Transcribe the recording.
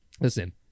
listen